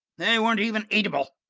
they weren't even eatable!